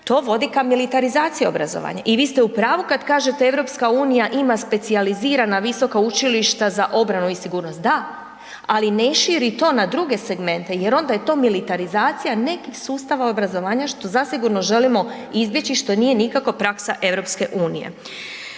to vodi ka militarizaciji obrazovanja. I vi ste u pravu kad kažete EU ima specijalizirana visoka učilišta za obranu i sigurnost. Da, ali ne širi to na druge segmente jer onda je to militarizacija nekih sustava obrazovanja, što zasigurno želimo izbjeći, što nije nikako praksa EU. Ono